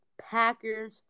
Packers